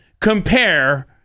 compare